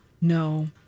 no